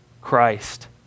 Christ